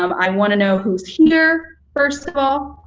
um i want to know who's here, first of all,